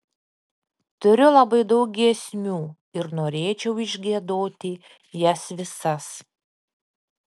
turiu labai daug giesmių ir norėčiau išgiedoti jas visas